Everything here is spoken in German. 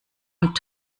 und